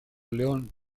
león